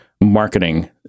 marketing